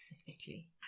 specifically